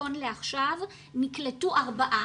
נכון לעכשיו נקלטו ארבעה,